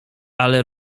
ale